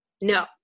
no